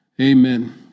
amen